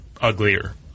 uglier